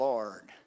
Lord